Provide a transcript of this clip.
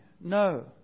No